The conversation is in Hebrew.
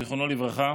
זיכרונו לברכה.